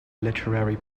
literary